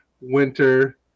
Winter